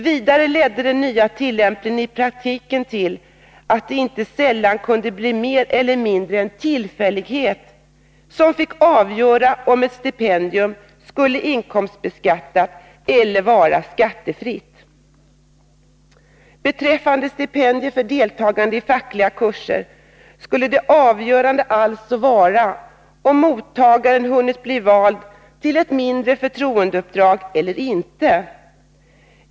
Vidare ledde den nya tillämpningen i praktiken till att det inte sällan kunde blir mer eller mindre en tillfällighet som fick avgöra om ett stipendium skulle inkomstbeskattas eller vara skattefritt. Beträffande stipendier för deltagande i fackliga kurser skulle det avgörande alltså vara om mottagaren hunnit bli vald till ett mindre förtroendeuppdrag eller inte.